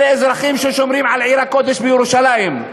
אלה אזרחים ששומרים על עיר הקודש בירושלים,